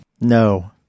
No